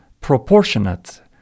proportionate